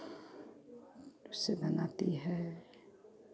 से बनाती है